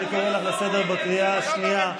אני קורא אותך לסדר בקריאה השנייה.